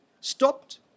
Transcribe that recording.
Stopped